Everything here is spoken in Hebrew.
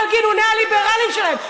כל גינוני הליברליות שלהם.